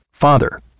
Father